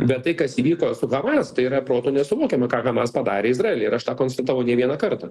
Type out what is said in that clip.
bet tai kas įvyko su hamas tai yra protu nesuvokiama ką hamas padarė izraely ir aš tą konstatavau ne vieną kartą